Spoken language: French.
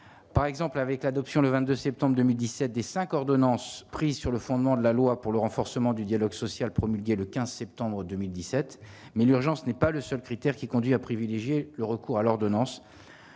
par exemple avec l'adoption, le 22 septembre 2017 des 5 ordonnances prises sur le fondement de la loi pour le renforcement du dialogue social, promulguée le 15 septembre 2017, mais l'urgence n'est pas le seul critère qui conduit à privilégier le recours à l'ordonnance